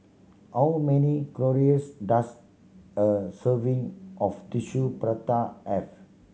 how many calories does a serving of Tissue Prata have